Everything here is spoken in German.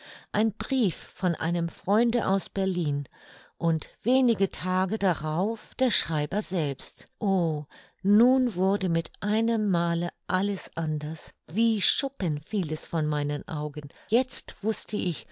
ein brief von einem freunde aus berlin und wenige tage darauf der schreiber selbst o nun wurde mit einem male alles anders wie schuppen fiel es von meinen augen jetzt wußte ich